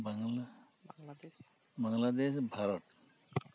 Bangla Bangladesh Bharat